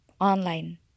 online